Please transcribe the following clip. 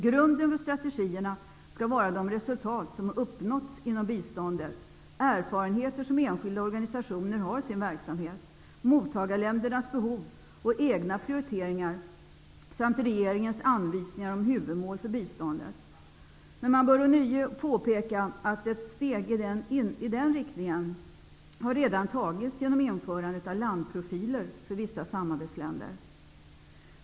Grunden för strategierna skall vara de resultat som uppnåtts inom biståndet, de erfarenheter som enskilda organisationer har i sin verksamhet, mottagarländernas behov och egna prioriteringar samt regeringens anvisningar om huvudmål för biståndet. Men man bör ånyo påpeka att ett steg i den riktningen redan har tagits genom införandet av landprofiler för vissa samarbetsländer.